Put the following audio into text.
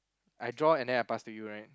I draw and then I pass to you right